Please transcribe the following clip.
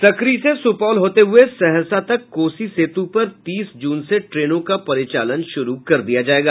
सकरी से सुपौल होते हुए सहरसा तक कोसी सेतु पर तीस जून से ट्रेनों का परिचालन शुरू कर दिया जायेगा